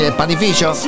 panificio